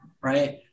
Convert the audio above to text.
right